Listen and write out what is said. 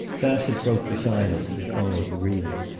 bassett broke the silence that followed the reading.